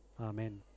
Amen